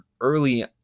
early